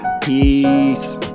Peace